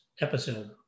episode